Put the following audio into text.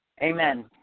Amen